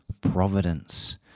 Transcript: providence